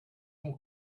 more